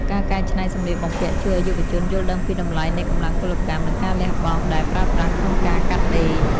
ការកែច្នៃសម្លៀកបំពាក់ជួយឱ្យយុវជនយល់ដឹងពីតម្លៃនៃកម្លាំងពលកម្ម និងការលះបង់ដែលប្រើប្រាស់ក្នុងការកាត់ដេរ។